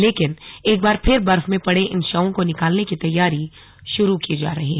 लेकिन एक बार फिर बर्फ में पड़े इन शवों को निकालने की तैयारी शुरू की जा रही है